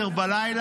10:00,